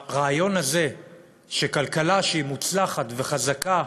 הרעיון הזה שכלכלה שהיא מוצלחת וחזקה,